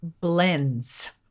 blends